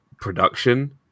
production